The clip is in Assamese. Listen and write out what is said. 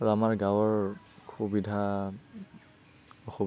আৰু আমাৰ গাঁৱৰ সুবিধা